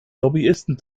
lobbyisten